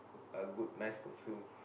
a good nice perfume